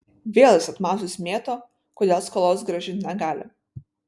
vėl jis atmazus mėto kodėl skolos grąžint negali